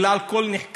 אלא על כל נחקר.